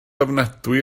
ofnadwy